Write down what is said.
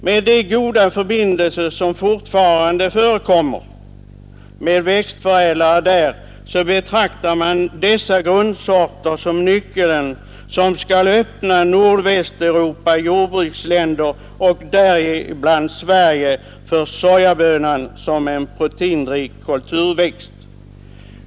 Med de goda förbindelser som vi fortfarande har med växtförädlare där kan dessa grundsorter betraktas som den nyckel som skall öppna Nordvästeuropas jordbruksländer, däribland Sverige, för sojabönan som en proteinrik kulturväxt.